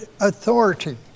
authority